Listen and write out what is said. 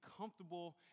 comfortable